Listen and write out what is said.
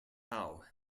how